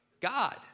God